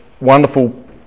wonderful